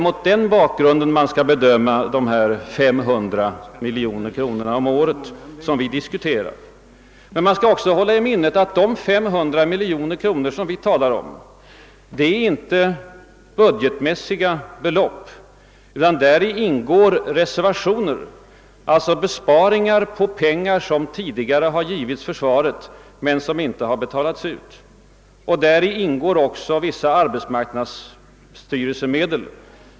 Mot denna bakgrund skall de 500 miljoner kronor om året, som vi diskuterar, bedömas. Men man skall också hålla i minnet att dessa 500 miljoner kronor inte är budgetbelopp; däri ingår reservationer, dvs. besparingar på pengar som tidigare tilldelats försvaret men som inte betalats ut. Däri ingår också vissa arbetsmarknadsmedel.